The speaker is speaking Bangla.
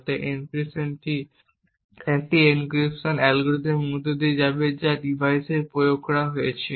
যাতে এনক্রিপশনটি এনক্রিপশন অ্যালগরিদমের মধ্য দিয়ে যাবে যা ডিভাইসে প্রয়োগ করা হয়েছে